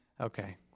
Okay